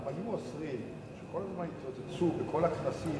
אבל אם היו אוסרים שכל הזמן יתרוצצו בכל הכנסים,